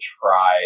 try